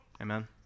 Amen